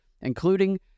including